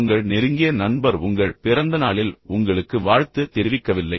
உங்கள் நெருங்கிய நண்பர் உங்கள் பிறந்தநாளில் உங்களுக்கு வாழ்த்து தெரிவிக்கவில்லை